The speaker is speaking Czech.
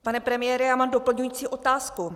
Pane premiére, mám doplňující otázku.